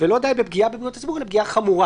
ולא די ב"פגיעה בבריאות הציבור" אלא "פגיעה חמורה".